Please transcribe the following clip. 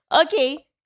Okay